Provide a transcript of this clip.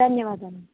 ధన్యవాదాలు